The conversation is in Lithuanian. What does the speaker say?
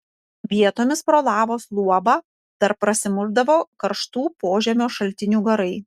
vietomis pro lavos luobą dar prasimušdavo karštų požemio šaltinių garai